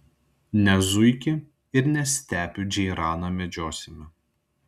ne zuikį ir ne stepių džeiraną medžiosime